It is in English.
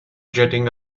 jetting